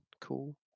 cool